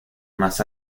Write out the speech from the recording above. más